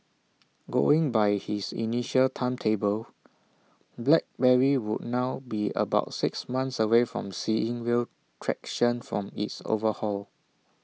going by his initial timetable black Berry would now be about six months away from seeing real traction from its overhaul